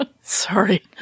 sorry